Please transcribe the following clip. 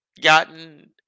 gotten